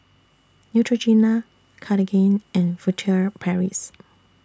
Neutrogena Cartigain and Furtere Paris